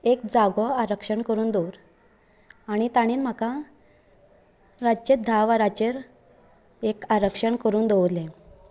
एक जागो आसक्षण करून दवर आनी तांणेन म्हाका रातचे धा वरांचेर एक आरक्षण करून दवरलो